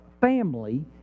family